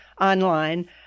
online